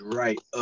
right